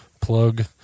plug